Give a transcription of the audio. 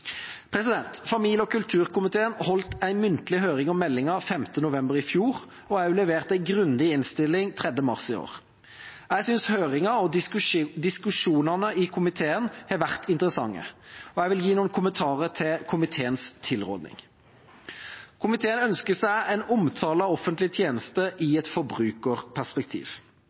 Familie- og kulturkomiteen holdt en muntlig høring om meldinga 5. november i fjor og leverte også en grundig innstilling 3. mars i år. Jeg synes at høringa og diskusjonene i komiteen har vært interessante, og jeg vil gi noen kommentarer til komiteens tilråding. Komiteen ønsker seg en omtale av offentlige tjenester i et forbrukerperspektiv.